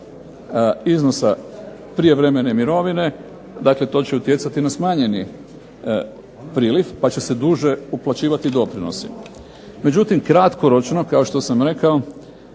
iznosa prijevremene mirovine, dakle to će utjecati na smanjeni priljev pa će se duže uplaćivati doprinosi. Međutim, kratkoročno kao što sam rekao